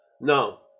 No